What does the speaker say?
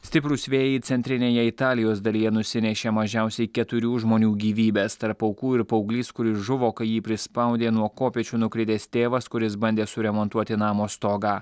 stiprūs vėjai centrinėje italijos dalyje nusinešė mažiausiai keturių žmonių gyvybes tarp aukų ir paauglys kuris žuvo kai jį prispaudė nuo kopėčių nukritęs tėvas kuris bandė suremontuoti namo stogą